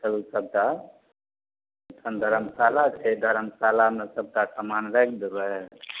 तब उ सबटा अहिठन धर्मशाला छै धर्मशालामे सबटा सामान राखि देबय